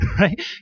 right